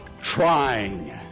trying